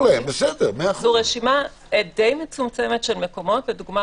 זו רשימה די מצומצמת של מקומות - למשל,